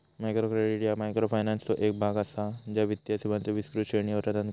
micro credit ह्या मायक्रोफायनान्सचो एक भाग असा, ज्या वित्तीय सेवांचो विस्तृत श्रेणी प्रदान करता